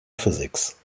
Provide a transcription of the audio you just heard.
physics